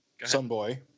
Sunboy